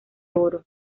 oro